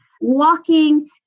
walking